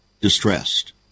distressed